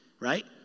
Right